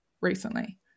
recently